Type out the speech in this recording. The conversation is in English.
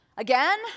Again